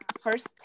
first